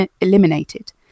eliminated